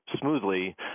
smoothly